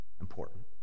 important